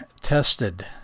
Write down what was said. tested